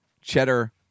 cheddar